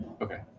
Okay